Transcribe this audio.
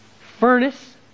furnace